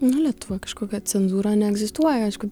nu lietuva kažkokia cenzūra neegzistuoja aišku